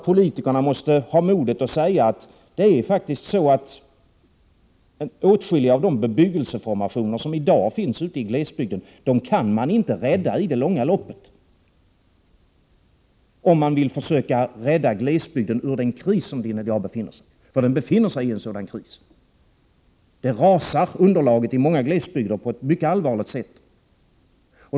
Politikerna måste ha modet att säga att åtskilliga av de bebyggelseformationer som i dag finns i glesbygden inte kan räddas i det långa loppet, om man vill försöka rädda glesbygden ur den kris som den i dag befinner sig i. Den. befinner sig i en sådan kris. Underlaget i många glesbygder rasar på ett mycket allvarligt sätt.